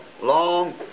long